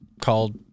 called